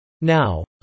Now